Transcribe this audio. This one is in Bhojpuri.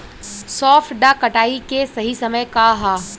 सॉफ्ट डॉ कटाई के सही समय का ह?